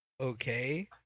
okay